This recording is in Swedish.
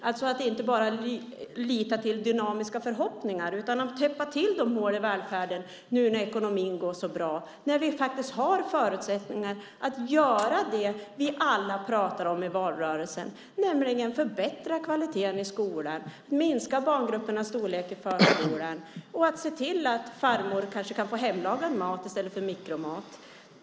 Vi ska inte bara lita till dynamiska förhoppningar utan täppa till hålen i välfärden nu när ekonomin går bra och vi har förutsättningar att göra det vi alla pratade om i valrörelsen, nämligen förbättra kvaliteten i skolan, minska barngruppernas storlek i förskolan och se till att farmor kan få hemlagad mat i stället för mikromat.